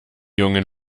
jungen